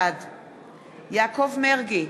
בעד יעקב מרגי,